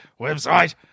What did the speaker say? Website